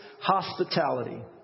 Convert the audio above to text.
hospitality